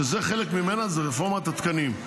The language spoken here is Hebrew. שחלק ממנה זה רפורמת התקנים.